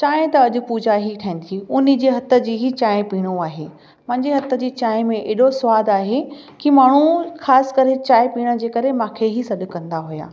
चांहि त अॼु पूॼा ई ठाहींदी हुन जी हथ जी ई चांहि पीअणो आहे मुंहिंजे हथ जी चांहि में एॾो स्वाद आहे कि माण्हू ख़ासि करे चांहि पीअण जे करे मूंखे ई सॾु कंदा हुया